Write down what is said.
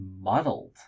muddled